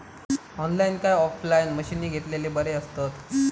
Online काय offline मशीनी घेतलेले बरे आसतात?